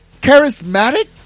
Charismatic